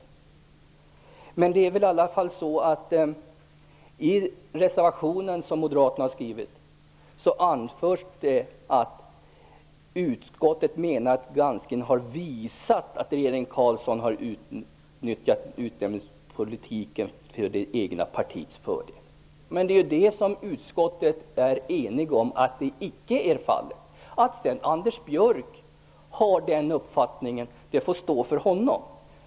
Men i moderaternas reservation står det: "Utskottet menar att granskningen har visat att regeringen Carlsson har utnyttjat utnämningspolitiken till det egna partiets fördel." Men utskottet är ju enigt om att det icke är fallet. Att Anders Björck har den uppfattningen får stå för honom.